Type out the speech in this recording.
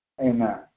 Amen